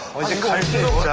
are you going?